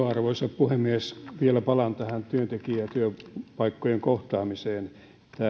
arvoisa puhemies vielä palaan tähän työntekijöitten ja työpaikkojen kohtaamiseen tämä